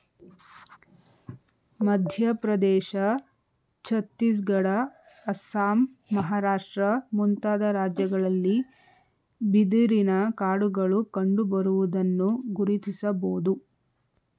ಮಧ್ಯಪ್ರದೇಶ, ಛತ್ತೀಸ್ಗಡ, ಅಸ್ಸಾಂ, ಮಹಾರಾಷ್ಟ್ರ ಮುಂತಾದ ರಾಜ್ಯಗಳಲ್ಲಿ ಬಿದಿರಿನ ಕಾಡುಗಳು ಕಂಡುಬರುವುದನ್ನು ಗುರುತಿಸಬೋದು